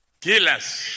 killers